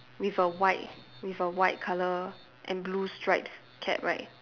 with a white with a white colour and blue stripes cap right